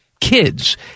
kids